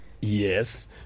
Yes